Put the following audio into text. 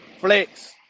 Flex